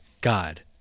God